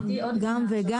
גם וגם.